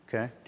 Okay